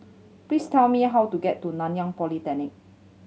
please tell me how to get to Nanyang Polytechnic